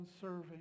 serving